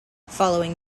following